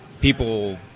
people